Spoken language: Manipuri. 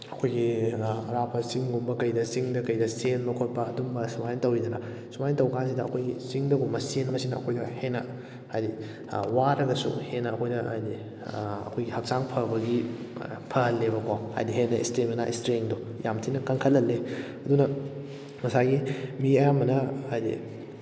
ꯑꯩꯈꯣꯏꯒꯤ ꯑꯔꯥꯞꯄ ꯆꯤꯡꯒꯨꯝꯕ ꯀꯩꯗ ꯆꯤꯡꯗ ꯀꯩꯗ ꯆꯦꯟꯕ ꯈꯣꯠꯄ ꯑꯗꯨꯝꯕ ꯁꯨꯃꯥꯏꯅ ꯇꯧꯋꯤꯗꯅ ꯁꯨꯃꯥꯏꯅ ꯇꯧꯀꯥꯟꯁꯤꯗ ꯑꯩꯈꯣꯏꯒꯤ ꯆꯤꯡꯗꯒꯨꯝꯕ ꯆꯦꯟꯕꯁꯤꯅ ꯑꯩꯈꯣꯏꯗ ꯍꯦꯟꯅ ꯍꯥꯏꯗꯤ ꯋꯥꯔꯒꯁꯨ ꯍꯦꯟꯅ ꯑꯩꯈꯣꯏꯗ ꯍꯥꯏꯗꯤ ꯑꯩꯈꯣꯏꯒꯤ ꯍꯛꯆꯥꯡ ꯐꯕꯒꯤ ꯐꯍꯜꯂꯦꯕꯀꯣ ꯍꯥꯏꯗꯤ ꯍꯦꯟꯅ ꯏꯁꯇꯦꯃꯤꯅꯥ ꯏꯁꯇ꯭ꯔꯦꯡꯗꯣ ꯌꯥꯝ ꯊꯤꯅ ꯀꯟꯈꯠꯍꯜꯂꯦ ꯑꯗꯨꯅ ꯉꯁꯥꯏꯒꯤ ꯃꯤ ꯑꯌꯥꯝꯕꯅ ꯍꯥꯏꯗꯤ